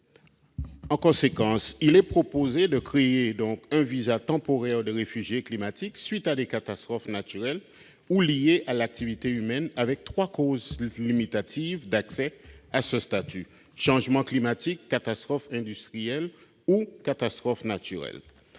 ou au-delà. » Il est proposé de créer un visa temporaire de réfugié climatique à la suite de catastrophes naturelles ou liées à l'activité humaine, avec trois causes limitatives d'accès à ce statut : changement climatique, catastrophe industrielle et catastrophe naturelle.